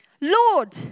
Lord